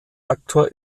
reaktor